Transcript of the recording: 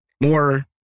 more